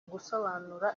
gusobanura